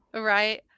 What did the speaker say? Right